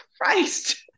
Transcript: christ